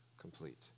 complete